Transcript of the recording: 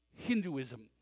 Hinduism